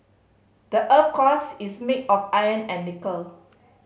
the earth's cores is made of iron and nickel